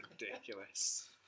ridiculous